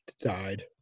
died